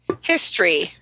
History